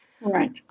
right